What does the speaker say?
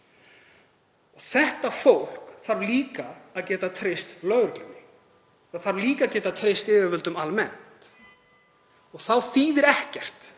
Þetta fólk þarf líka að geta treyst lögreglunni. Það þarf líka að geta treyst yfirvöldum almennt. Og þá þýðir ekkert